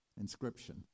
inscription